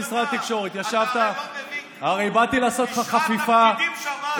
הדבר היחיד שעשית זה לפגוש את הבוררת במשרד התקשורת לתמונות שלך.